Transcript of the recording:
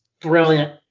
Brilliant